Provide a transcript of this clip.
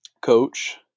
Coach